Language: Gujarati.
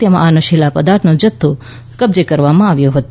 તેમાં આ નશીલા પદાર્થોનો જથ્થો કબજે કરવામાં આવ્યો હતો